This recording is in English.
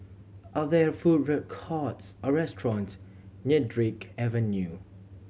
are there food recourts or restaurants near Drake Avenue